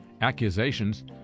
accusations